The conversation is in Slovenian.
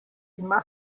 ima